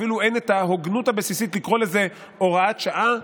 אפילו אין את ההוגנות הבסיסית לקרוא לזה הוראת שעה,